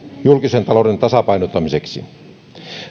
julkisen talouden tasapainottamiseksi